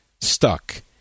stuck